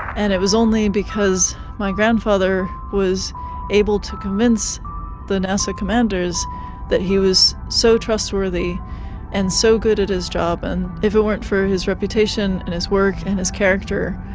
and it was only because my grandfather was able to convince the nasa commanders that he was so trustworthy and so good at his job, and if it weren't for his reputation and his work and his character,